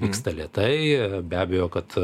vyksta lėtai be abejo kad